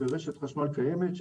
ברשת חשמל קיימת,